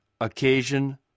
Occasion